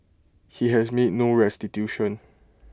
he has made no restitution